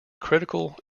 critical